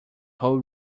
whole